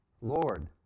Lord